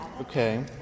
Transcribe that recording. Okay